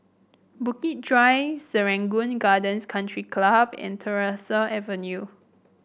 Bukit Drive Serangoon Gardens Country Club and Tyersall Avenue